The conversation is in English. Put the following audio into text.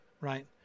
right